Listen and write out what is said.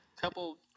couple